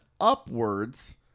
upwards